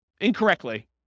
incorrectly